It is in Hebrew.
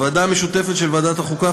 בוועדה המשותפת של ועדת החוקה,